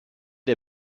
der